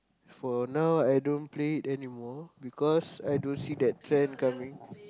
for now I don't play it anymore because I don't see that trend coming